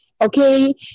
okay